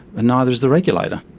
and neither is the regulator.